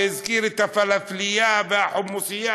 והזכיר את הפלאפלייה והחומוסייה,